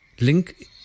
link